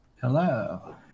Hello